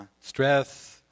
Stress